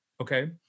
Okay